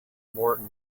morton